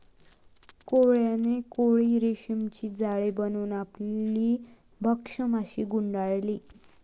कोळ्याने कोळी रेशीमचे जाळे बनवून आपली भक्ष्य माशी गुंडाळली